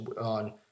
on